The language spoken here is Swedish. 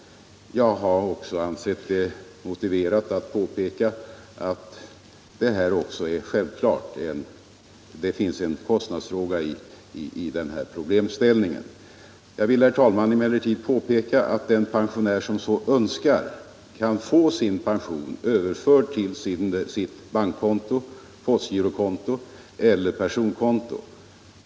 Jag har också ansett det motiverat att nämna att det självklart också finns en kostnadsfråga i den här problemställningen. Jag vill emellertid påpeka, herr talman, att den pensionär som så önskar kan få sin pension överförd till sitt bankkonto, postgirokonto eller personkonto.